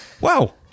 wow